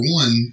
one